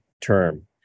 term